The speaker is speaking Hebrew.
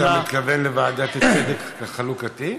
אתה מתכוון לוועדה לצדק חלוקתי?